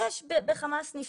יש בכמה סניפים?